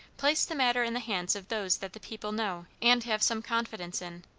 place the matter in the hands of those that the people know and have some confidence in,